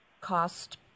cost